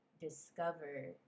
discover